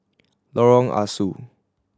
Lorong Ah Soo